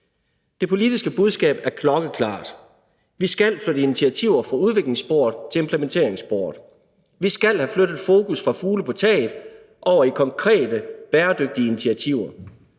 Det politiske budskab er klokkeklart: Vi skal flytte initiativer fra udviklingssporet til implementeringssporet. Vi skal have flyttet fokus fra fugle på taget til konkrete bæredygtige initiativer.